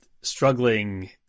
struggling